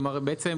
כלומר הם בעצם,